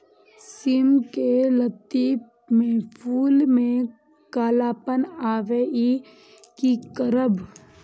सिम के लत्ती में फुल में कालापन आवे इ कि करब?